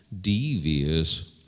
devious